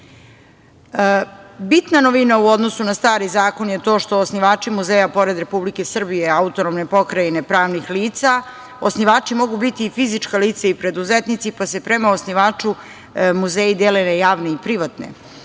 novina u odnosu na stari zakon je to što osnivači muzeja, pored Republike Srbije, autonomne pokrajine, pravnih lica, osnivači mogu biti i fizička lica i preduzetnici, pa se prema osnivaču muzeji dele na javne i privatne.